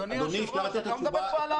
אני יכול לתת תשובה?